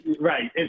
Right